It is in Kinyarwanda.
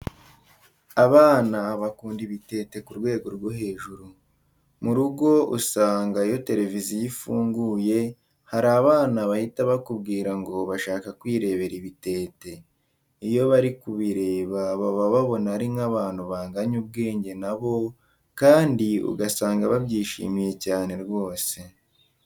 Abana bakunda ibitente ku rwego rwo hejuru. Mu rugo usanga iyo televiziyo ifunguye hari abana bahita bakubwira ngo bashaka kwirebera ibitente. Iyo bari kubireba baba babona ari nk'abantu banganya ubwenge na bo kandi ugasanga babyishimiye cyane rwose.